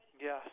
Yes